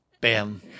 Bam